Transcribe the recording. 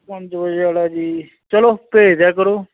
ਪੰਜ ਵਜੇ ਵਾਲਾ ਜੀ ਚੱਲੋ ਭੇਜ ਦਿਆ ਕਰੋ